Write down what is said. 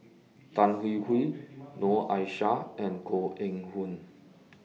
Tan Hwee Hwee Noor Aishah and Koh Eng Hoon